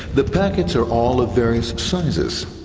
the packets are all of various sizes,